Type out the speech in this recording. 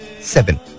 seven